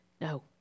No